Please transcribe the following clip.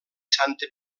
santa